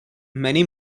many